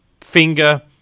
finger